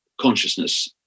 consciousness